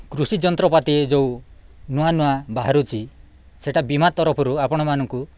କୃଷି ଯନ୍ତ୍ରପାତି ଯେଉଁ ନୂଆ ନୂଆ ବାହାରୁଛି ସେଇଟା ବୀମା ତରଫରୁ ଆପଣମାନଙ୍କୁ